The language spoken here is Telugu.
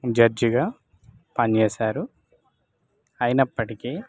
జడ్జ్గా పనిచేసారు అయినప్పటికీ